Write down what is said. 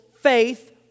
faith